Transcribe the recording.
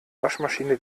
waschmaschine